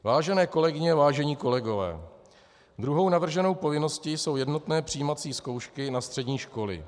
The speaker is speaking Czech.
Vážené kolegyně, vážení kolegové, druhou navrženou povinností jsou jednotné přijímací zkoušky na střední školy.